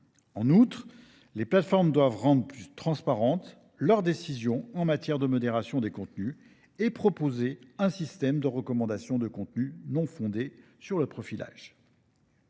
En outre, les plateformes doivent rendre plus transparentes leurs décisions en matière de modération des contenus et proposer un système de recommandation de contenus non fondés sur le profilage.